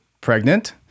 pregnant